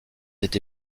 été